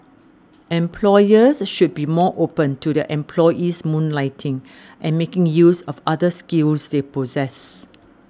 employers should be more open to their employees moonlighting and making use of other skills they possess